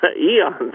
eons